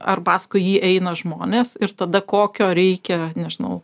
ar paskui jį eina žmonės ir tada kokio reikia nežinau